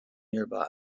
nearby